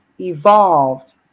evolved